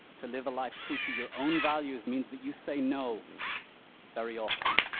to live a life true to your own values means that you say no very often.